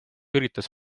üritas